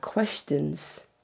questions